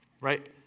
right